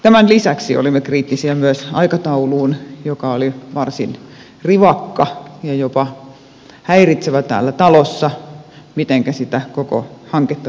tämän lisäksi olimme kriittisiä myös aikatauluun joka oli varsin rivakka ja jopa häiritsevä täällä talossa mitenkä sitä koko hanketta vietiin eteenpäin